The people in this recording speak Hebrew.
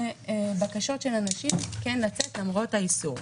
בבקשות של אנשים כן לצאת למרות האיסור.